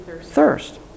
thirst